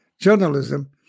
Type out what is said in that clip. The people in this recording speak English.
journalism